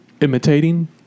imitating